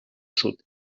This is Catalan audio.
sud